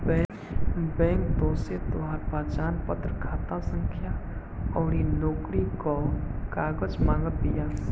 bank तोहसे तोहार पहचानपत्र, खाता संख्या अउरी नोकरी कअ कागज मांगत बिया